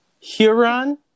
Huron